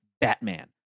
Batman